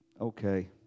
Okay